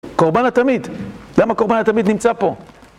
קורבן התמיד. למה קורבן התמיד נמצא פה?